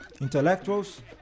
intellectuals